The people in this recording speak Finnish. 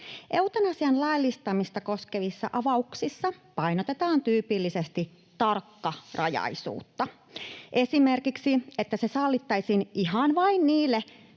Eutanasian laillistamista koskevissa avauksissa painotetaan tyypillisesti tarkkarajaisuutta, esimerkiksi, että se sallittaisiin ihan vain niille,